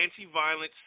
Anti-Violence